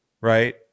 right